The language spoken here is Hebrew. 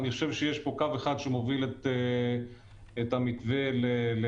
אני חושב שיש פה קו אחד שמוביל את המתווה להתייחסות.